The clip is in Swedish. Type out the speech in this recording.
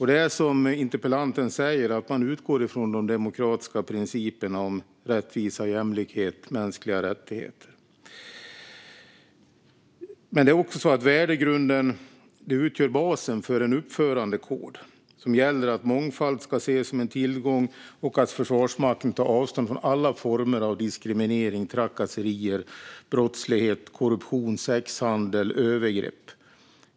Precis som interpellanten säger utgår man från de demokratiska principerna om rättvisa, jämlikhet och mänskliga rättigheter. Men värdegrunden utgör också basen för en uppförandekod, nämligen att mångfald ska ses som en tillgång och att Försvarsmakten tar avstånd från alla former av diskriminering, trakasserier, brottslighet, korruption, sexhandel och övergrepp.